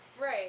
Right